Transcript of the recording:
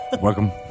Welcome